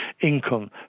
income